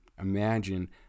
imagine